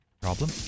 Problem